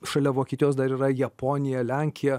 šalia vokietijos dar yra japonija lenkija